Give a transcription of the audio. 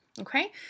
okay